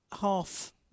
half